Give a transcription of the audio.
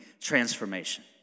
transformation